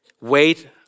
wait